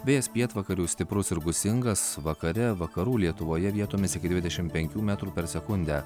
vėjas pietvakarių stiprus ir gūsingas vakare vakarų lietuvoje vietomis iki dvidešimt penkių metrų per sekundę